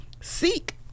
seek